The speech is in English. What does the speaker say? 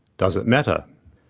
does it matter?